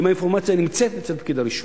אם האינפורמציה נמצאת אצל פקיד הרישום?